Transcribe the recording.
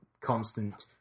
constant